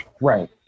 Right